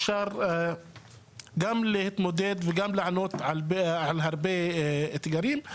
אפשר להתמודד ולענות על אתגרים רבים בחברה.